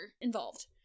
involved